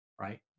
Right